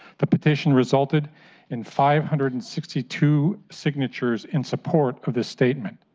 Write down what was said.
the petition resulted in five hundred and sixty two signatures in support of the statement.